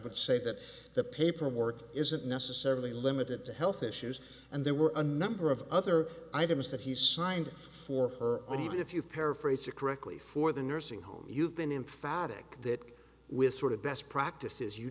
would say that the paperwork isn't necessarily limited to health issues and there were a number of other items that he signed for her i mean if you paraphrase it correctly for the nursing home you've been emphatic that with sort of best practices you